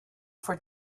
for